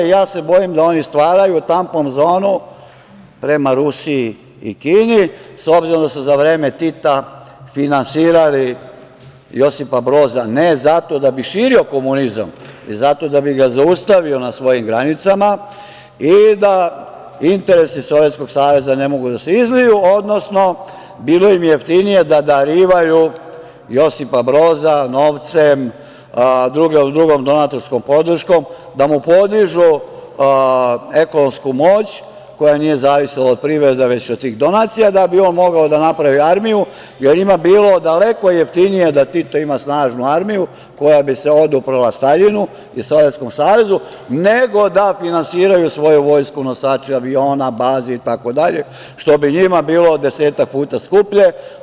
Ja se bojim da oni stvaraju tampon zonu prema Rusiji i Kini, s obzirom da su za vreme Tita finansirali Josipa Broza, ne zato da bi širio komunizam, već zato da bi ga zaustavio na svojim granicama i da interesi Sovjetskog Saveza ne mogu da se izliju, odnosno, bilo im je jeftinije da darivaju Josipa Broza novcem, drugom donatorskom podrškom, da mu podižu ekonomsku moć, koja nije zavisila od privrede već od tih donacija, da bi on mogao da napravi armiju, jer je njima bilo daleko jeftinije da Tito ima snažnu armiju koja bi se oduprla Staljinu i Sovjetskom Savezu, nego da finansiraju svoju vojsku, nosače aviona, baze, itd, što bi njima bilo desetak puta skuplje.